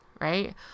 right